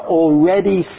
already